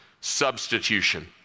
substitution